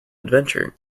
adventure